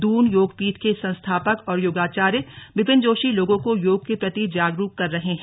दून योगपीठ के संस्थापक और योगाचार्य बिपिन जोशी लोगों को योग के प्रति जागरूक कर रहे हैं